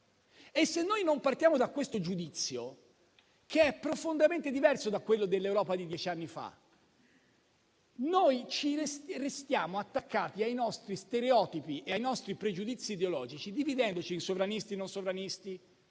Se non partiamo da questo giudizio, che è profondamente diverso da quello dell'Europa di dieci anni fa, restiamo attaccati ai nostri stereotipi e ai nostri pregiudizi ideologici, dividendoci in sovranisti e non sovranisti,